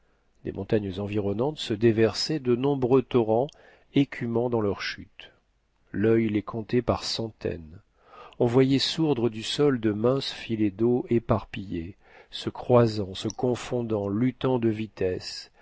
des montagnes environnantes se déversaient de nombreux torrents écumants dans leur chute lil les comptait par centaines on voyait sourdre du sol de minces filets d'eau éparpillés se croisant se confondant luttant de vitesse